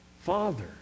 Father